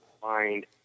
find